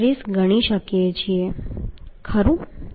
133 ગણી શકીએ ખરું